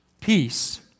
peace